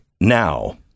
now